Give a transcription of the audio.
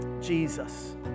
Jesus